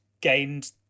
gained